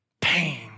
pain